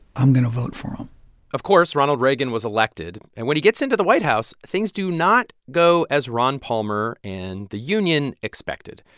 i'm going to vote for him of course, ronald reagan was elected, and when he gets into the white house, house, things do not go as ron palmer and the union expected.